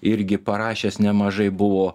irgi parašęs nemažai buvo